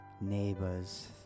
neighbors